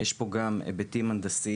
יש פה גם היבטים הנדסיים